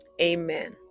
Amen